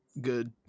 good